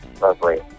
lovely